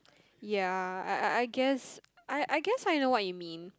ya I I I guess I I guess I know what you mean